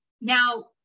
Now